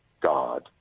God